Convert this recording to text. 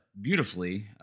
beautifully